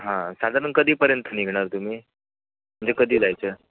हां साधारण कधीपर्यंत निघणार तुम्ही म्हणजे कधी जायचं आहे